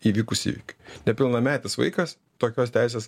įvykusį įvykį nepilnametis vaikas tokios teisės